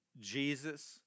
Jesus